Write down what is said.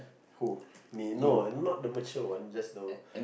who me no not the mature one just know